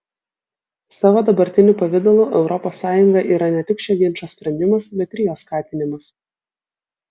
savo dabartiniu pavidalu europos sąjunga yra ne tik šio ginčo sprendimas bet ir jo skatinimas